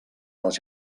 els